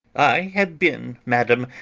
i have been, madam,